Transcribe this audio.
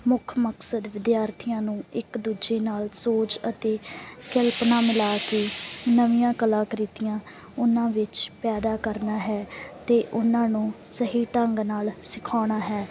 ਮੁੱਖ ਮਕਸਦ ਵਿਦਿਆਰਥੀਆਂ ਨੂੰ ਇੱਕ ਦੂਜੇ ਨਾਲ ਸੋਚ ਅਤੇ ਕਲਪਨਾ ਮਿਲਾ ਕੇ ਨਵੀਆਂ ਕਲਾ ਕ੍ਰਿਤੀਆਂ ਉਨ੍ਹਾਂ ਵਿੱਚ ਪੈਦਾ ਕਰਨਾ ਹੈ ਅਤੇ ਉਨ੍ਹਾਂ ਨੂੰ ਸਹੀ ਢੰਗ ਨਾਲ ਸਿਖਾਉਣਾ ਹੈ